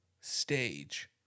stage